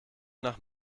nach